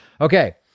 Okay